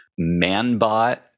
Manbot